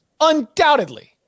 Undoubtedly